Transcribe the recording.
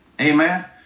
Amen